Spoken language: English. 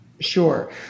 Sure